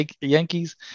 Yankees